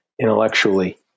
intellectually